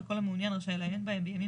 וכל המעוניין רשאי לעיין בהם בימים